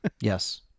Yes